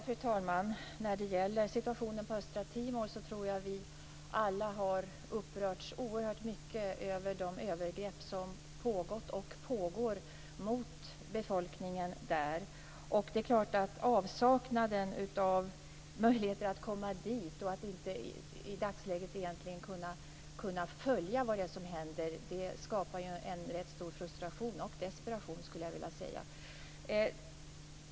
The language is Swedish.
Fru talman! Jag tror att vi alla har upprörts oerhört mycket över de övergrepp som pågått och pågår mot befolkningen på östra Timor. Avsaknaden av möjligheter att komma dit, att i dagsläget inte kunna följa vad som händer, skapar förstås också en rätt stor frustration och desperation.